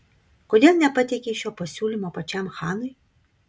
kodėl nepateikei šio pasiūlymo pačiam chanui